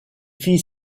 fit